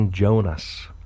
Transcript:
Jonas